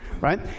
right